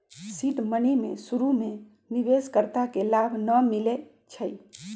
seed money में शुरु में निवेश कर्ता के लाभ न मिलै छइ